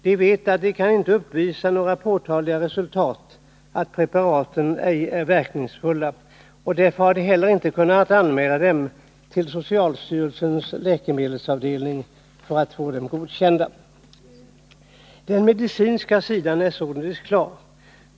De vet att de inte kan uppvisa några påtagliga resultat, att preparaten ej är verkningsfulla. Och därför har de heller inte kunnat anmäla dem till socialstyrelsens läkemedelsavdelning för att få dem godkända. Den medicinska sidan är således klar.